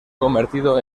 convertido